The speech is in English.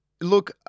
look